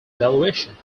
valuation